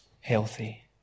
healthy